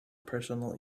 personal